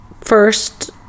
first